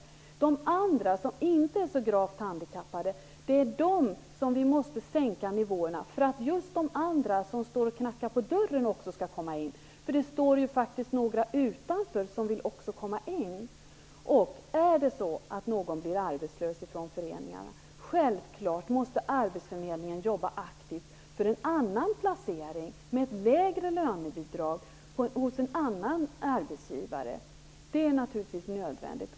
Det är för de andra som inte är så gravt handikappade som vi måste sänka nivåerna för att de som står och knackar på dörren också skall komma in. Det står ju faktiskt några utanför som också vill komma in. Är det så att någon blir arbetslös från föreningarna måste arbetsförmedlingen självfallet jobba aktivt för en annan placering med ett lägre lönebidrag hos en annan arbetsgivare. Det är naturligtvis nödvändigt.